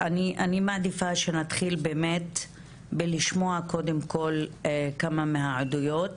אני מעדיפה שנתחיל לשמוע קודם כול כמה מהעדויות